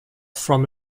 from